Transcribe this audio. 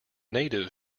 native